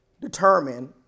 determine